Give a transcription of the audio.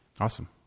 Awesome